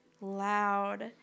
loud